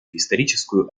историческую